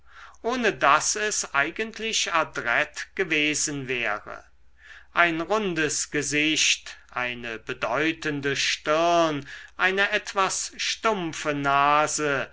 ohne daß es eigentlich adrett gewesen wäre ein rundes gesicht eine bedeutende stirn eine etwas stumpfe nase